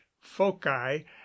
foci